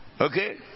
Okay